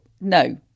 no